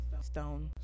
Stone